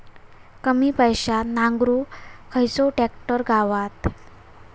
कमी पैशात नांगरुक खयचो ट्रॅक्टर गावात?